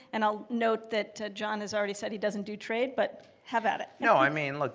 and i'll note that john has already said he doesn't do trade, but have at it. no, i mean, look,